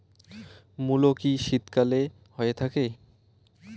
মূলো কি শীতকালে হয়ে থাকে?